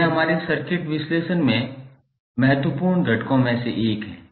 यह हमारे सर्किट विश्लेषण में महत्वपूर्ण घटकों में से एक है